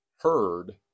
heard